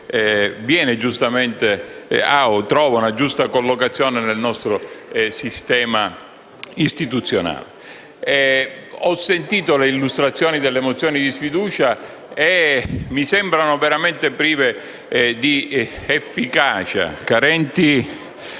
democratico che trova una giusta collocazione nel nostro sistema istituzionale. Ho sentito l'illustrazione delle mozioni di sfiducia, che mi sembrano veramente prive di efficacia, carenti